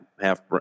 half